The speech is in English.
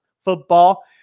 football